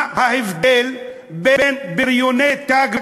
מה ההבדל בין בריוני "תג מחיר"